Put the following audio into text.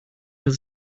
his